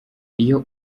iyo